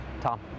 Tom